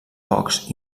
pocs